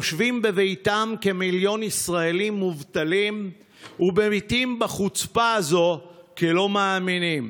יושבים בביתם כמיליון ישראלים מובטלים ומביטים בחוצפה הזאת כלא מאמינים.